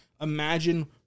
Imagine